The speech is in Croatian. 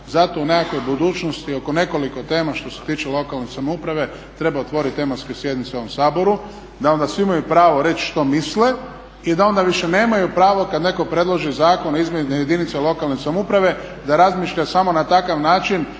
zato u nekakvoj budućnosti oko nekoliko tema što se tiče lokalne samouprave treba otvoriti tematske sjednice u ovom Saboru da onda svi imaju pravo reći što misle i da ona više nemaju pravo kada netko predloži Zakon o izmjeni jedinica lokalne samouprave da razmišlja samo na takav način